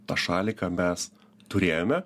tą šaliką mes turėjome